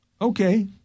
Okay